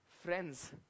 friends